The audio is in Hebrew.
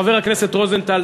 חבר הכנסת רוזנטל,